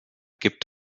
gibt